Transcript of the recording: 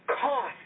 cost